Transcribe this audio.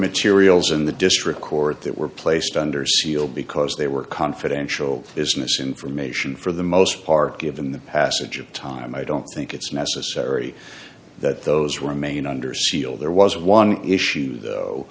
materials in the district court that were placed under seal because they were confidential is misinformation for the most part given the passage of time i don't think it's necessary that those remain under seal there was one issue though